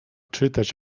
czytać